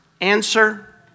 answer